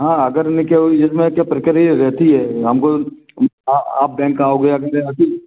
हाँ अगर इसमें क्या प्रक्रिया रहती है हमको आप बैंक आओगे अगले अभी